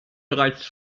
bereits